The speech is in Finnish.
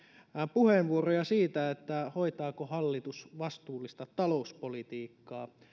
puheenvuoroja siitä hoitaako hallitus vastuullista talouspolitiikkaa